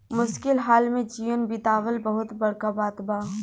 मुश्किल हाल में जीवन बीतावल बहुत बड़का बात बा